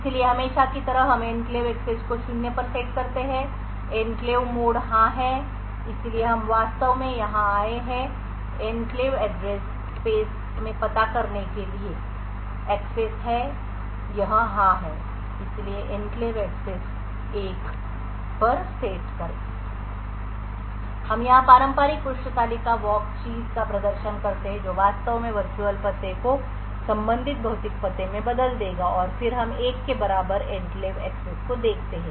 इसलिए हमेशा की तरह हम एन्क्लेव एक्सेस को शून्य पर सेट करते हैं एन्क्लेव मोड हाँ है इसलिए हम वास्तव में यहाँ आए हैं एन्क्लेव एड्रेस स्पेस में पता करने के लिए एक्सेस है यह हाँ है इसलिए एन्क्लेव एक्सेस 1 पर सेट करें हम यहां पारंपरिक पृष्ठ तालिका वॉक चीज का प्रदर्शन करते हैं जो वास्तव में वर्चुअल पते को संबंधित भौतिक पते में बदल देगा फिर हम 1 के बराबर एन्क्लेव एक्सेस को देखते हैं